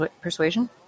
Persuasion